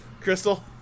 Crystal